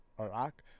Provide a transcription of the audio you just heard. Iraq